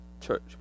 Church